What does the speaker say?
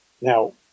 now